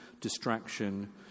distraction